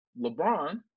LeBron